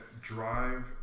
Drive